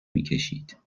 میکشید